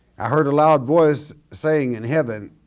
i heard a loud voice saying in heaven,